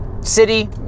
city